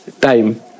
time